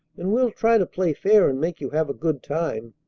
and we'll try to play fair and make you have a good time.